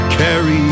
carry